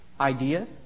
idea